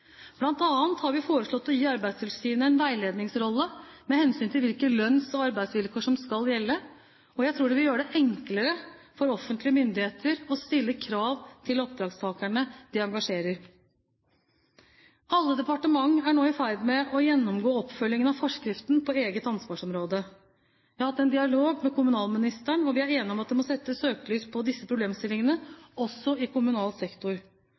har vi foreslått å gi Arbeidstilsynet en veiledningsrolle med hensyn til hvilke lønns- og arbeidsvilkår som skal gjelde. Jeg tror det vil gjøre det enklere for offentlige myndigheter å stille krav til oppdragstakerne de engasjerer. Alle departementer er nå i ferd med å gjennomgå oppfølgingen av forskriften på eget ansvarsområde. Jeg har hatt en dialog med kommunalministeren, og vi er enige om at det må settes søkelys på disse problemstillingene også i kommunal sektor.